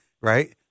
right